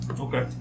Okay